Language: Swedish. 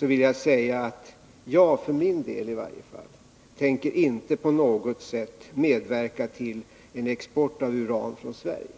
vill jag säga att jag för min del inte på något sätt tänker medverka till en export av uran från Sverige.